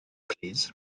plîs